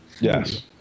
Yes